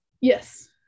Yes